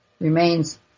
remains